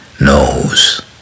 knows